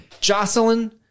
Jocelyn